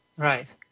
Right